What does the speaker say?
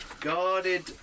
Guarded